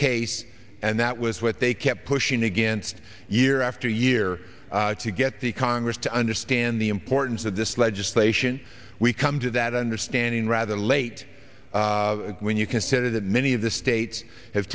case and that was what they kept pushing against year after year to get the congress to understand the importance of this legislation we come to that understanding rather late when you consider that many of the states have